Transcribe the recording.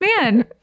Man